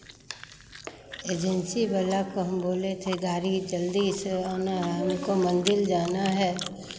agency वाला को हम बोले थे गाड़ी जल्दी से आना है हमको मंदिर जाना है